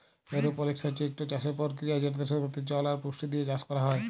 এরওপলিক্স হছে ইকট চাষের পরকিরিয়া যেটতে শুধুমাত্র জল আর পুষ্টি দিঁয়ে চাষ ক্যরা হ্যয়